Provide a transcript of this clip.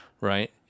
right